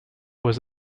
was